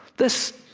this,